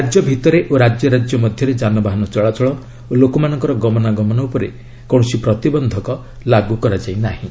ରାଜ୍ୟ ଭିତରେ ଓ ରାଜ୍ୟ ରାଜ୍ୟ ମଧ୍ୟରେ ଯାନବାହନ ଚଳାଚଳ ଓ ଲୋକମାନଙ୍କର ଗମନାଗମନ ଉପରେ କୌଣସି ପ୍ତିବନ୍ଧକ ଲାଗୁ କରାଯାଇନାହିଁ